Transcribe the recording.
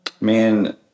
Man